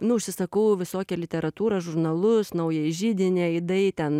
nu užsisakau visokią literatūrą žurnalus naująjį židinį aidai ten